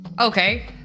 Okay